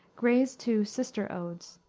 gray's two sister odes,